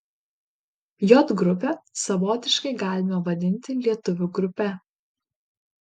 j grupę savotiškai galime vadinti lietuvių grupe